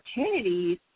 opportunities